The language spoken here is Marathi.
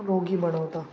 रोगी बनवतं